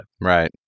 Right